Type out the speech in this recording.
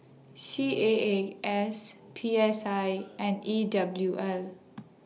C A A S P S I and E W L